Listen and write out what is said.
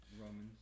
Romans